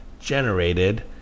generated